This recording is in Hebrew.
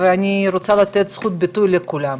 ואני רוצה לתת זכות ביטוי לכולם.